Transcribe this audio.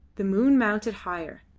the moon mounted higher,